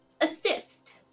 assist